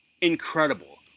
incredible